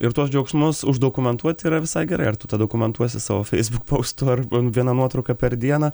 ir tuos džiaugsmus uždokumentuoti yra visai gerai ar tu tą dokomentuosi savo feisbuk poustu ar viena nuotrauka per dieną